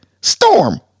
storm